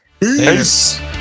Yes